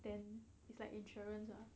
then it's like insurance ah